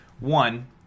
one